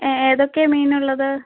ഏ ഏതൊക്കെയാണ് മീൻ ഉള്ളത്